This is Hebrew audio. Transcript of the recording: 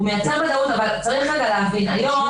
הוא מייצר ודאות אבל צריך להבין שהיום